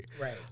Right